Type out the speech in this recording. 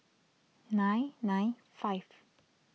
nine nine five